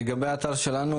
לגבי האתר שלנו,